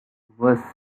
was